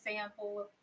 sample